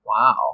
Wow